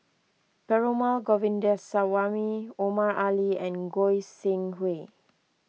Perumal Govindaswamy Omar Ali and Goi Seng Hui